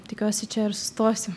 tikiuosi čia ir sustosiu